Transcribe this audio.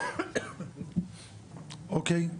אוקיי.